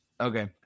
Okay